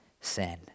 sin